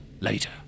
Later